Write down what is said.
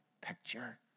picture